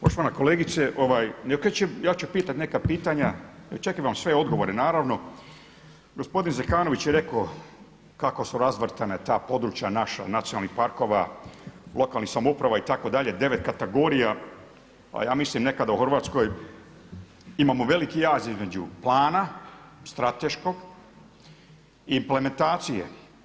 Poštovana kolegice, … ja ću pitati neka pitanja, očekujem sve odgovore naravno, gospodin Zekanović je rekao kako su … ta područja naša, nacionalnih parkova, lokalnih samouprava itd., 9 kategorija a ja mislim nekada u Hrvatskoj, imamo veliki jaz između plana strateškog i implementacije.